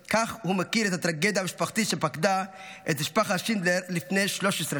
כך הוא הכיר את הטרגדיה המשפחתית שפקדה את משפחת שינדלר לפני 13 שנים.